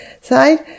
side